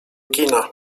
kina